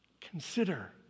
consider